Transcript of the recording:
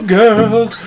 girls